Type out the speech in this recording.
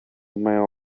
male